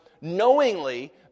Knowingly